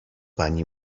pani